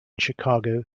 chicago